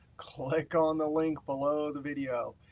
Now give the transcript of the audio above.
click on the link below the video.